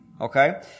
Okay